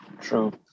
True